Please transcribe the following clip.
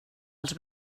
els